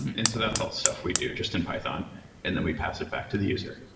and so that's all stuff we do just in python and then we pass it back to the user.